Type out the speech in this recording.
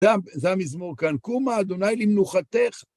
זה המזמור כאן. קום, אדוני, למנוחתך.